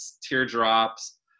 teardrops